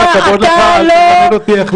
עם כל הכבוד לך, אתה לא תלמד אותי איך